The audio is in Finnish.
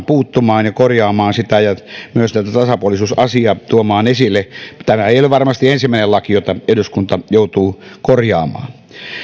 puuttumaan ja korjaamaan sitä ja myös tätä tasapuolisuusasiaa tuomaan esille tämä ei ole varmasti ensimmäinen laki jota eduskunta joutuu korjaamaan